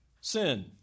sin